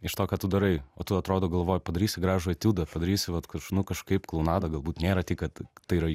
iš to ką tu darai o tu atrodo galvoji padarys gražų etiudą padarysiu vat kad nu kažkaip klounada galbūt nėra tik kad tai yra